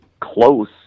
close